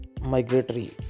migratory